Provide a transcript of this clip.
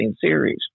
series